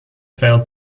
failed